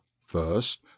first